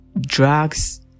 drugs